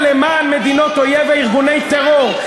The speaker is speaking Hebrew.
למען מדינות אויב וארגוני טרור,